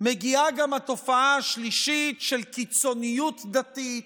מגיעה גם התופעה השלישית, של קיצוניות דתית,